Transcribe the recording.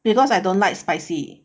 because I don't like spicy